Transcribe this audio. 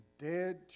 dead